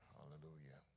Hallelujah